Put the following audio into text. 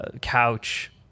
couch